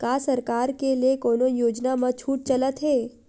का सरकार के ले कोनो योजना म छुट चलत हे?